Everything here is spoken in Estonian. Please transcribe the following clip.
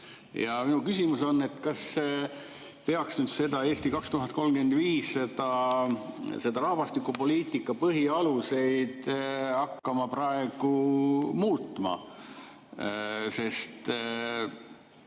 Minu küsimus on, kas peaks nüüd seda "Eesti 2035", neid rahvastikupoliitika põhialuseid hakkama praegu muutma. Või